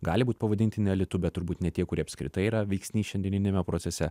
gali būt pavadintini elitu bet turbūt ne tie kurie apskritai yra veiksnys šiandieniniame procese